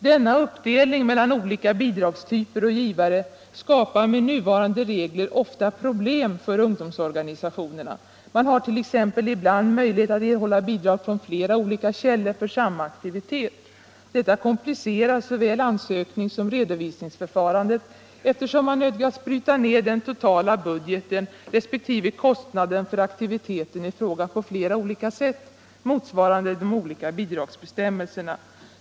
Denna uppdelning mellan olika bidragstyper och givare skapar med nuvarande regler ofta problem för ungdomsorganisationerna. Man har t.ex. ibland möjlighet att erhålla bidrag från flera olika källor för samma aktivitet. Detta komplicerar såväl ansöknings som redovisningsförfarandet, eftersom man nödgas bryta ned den totala budgeten respektive kostnaden för aktiviteten i fråga på flera olika sätt, motsvarande de olika bidragsbestämmelserna.